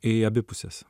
į abi puses